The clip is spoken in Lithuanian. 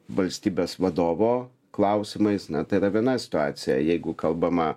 valstybės vadovo klausimais na tai yra viena situacija jeigu kalbama